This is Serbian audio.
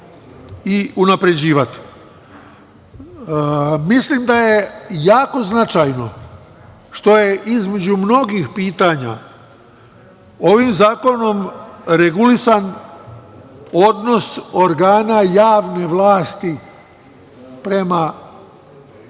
da je jako značajno što je između mnogih pitanja ovim zakonom regulisan odnos organa javne vlasti prema